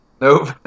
Nope